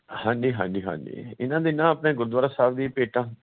ਹਾਂਜੀ ਹਾਂਜੀ ਹਾਂਜੀ ਇਹਨਾਂ ਦੇ ਨਾ ਆਪਣੇ ਗੁਰਦੁਆਰਾ ਸਾਹਿਬ ਦੀ ਭੇਟਾ